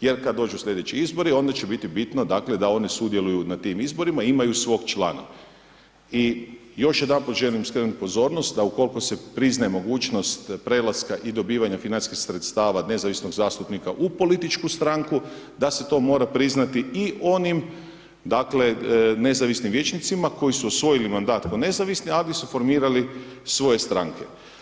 jer kad dođu slijedeći izbori, onda će biti bitno dakle da oni sudjeluju na tim izborima i imaju svog člana i još jedanput želim skrenuti pozornost da ukoliko se priznaje mogućnost prelaska i dobivanje financijskih sredstava nezavisnog zastupnika u političku stranku, da se to mora priznati i onim dakle nezavisnim vijećnicima koji su osvojili mandat kao nezavisni ali su formirali svoje stranke.